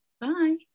bye